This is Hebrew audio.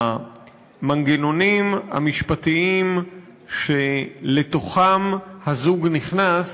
המנגנונים המשפטיים שלתוכם הזוג נכנס,